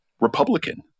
Republican